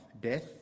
death